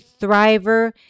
thriver